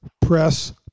press